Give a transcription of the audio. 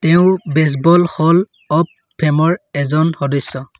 তেওঁ baseball hall of ফে'মৰ এজন সদস্য